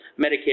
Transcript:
Medicare